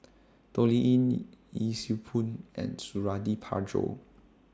Toh Liying Yee Siew Pun and Suradi Parjo